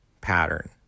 pattern